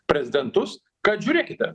prezidentus kad žiūrėkite